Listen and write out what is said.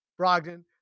Brogdon